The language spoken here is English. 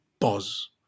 Pause